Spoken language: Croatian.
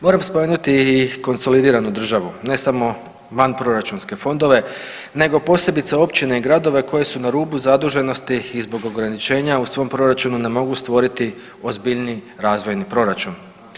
Moram spomenuti i konsolidiranu državu, ne samo van proračunske fondove, nego posebice općine i gradove koji su na rubu zaduženosti i zbog ograničenja u svom proračunu ne mogu stvoriti ozbiljni razvojni proračun.